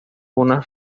una